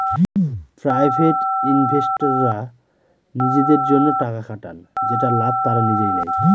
private ইনভেস্টররা নিজেদের জন্য টাকা খাটান যেটার লাভ তারা নিজেই নেয়